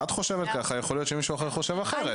את חושבת ככה, ויכול להיות שמישהו אחר חושב אחרת.